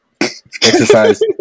Exercise